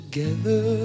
Together